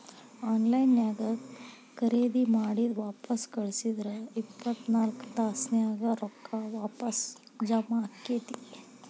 on line ನ್ಯಾಗ್ ಖರೇದಿ ಮಾಡಿದ್ ವಾಪಸ್ ಕಳ್ಸಿದ್ರ ಇಪ್ಪತ್ನಾಕ್ ತಾಸ್ನ್ಯಾಗ್ ರೊಕ್ಕಾ ವಾಪಸ್ ಜಾಮಾ ಆಕ್ಕೇತಿ